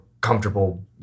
comfortable